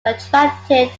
attracted